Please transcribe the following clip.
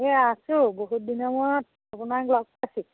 এইয়া আছোঁ বহুত দিনৰ মূৰত আপোনাক লগ পাইছোঁ